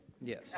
Yes